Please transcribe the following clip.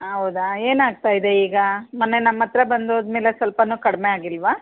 ಹೌದಾ ಏನಾಗ್ತ ಇದೆ ಈಗ ಮೊನ್ನೆ ನಮ್ಮ ಹತ್ರ ಬಂದೋದ ಮೇಲೆ ಸ್ವಲ್ಪನು ಕಡಿಮೆ ಆಗಿಲ್ಲವಾ